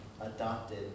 adopted